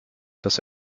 dass